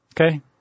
Okay